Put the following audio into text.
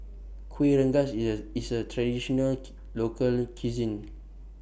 Kuih Rengas easier IS A Traditional Local Cuisine